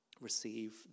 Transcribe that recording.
Receive